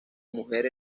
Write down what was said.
mujer